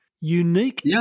unique